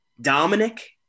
Dominic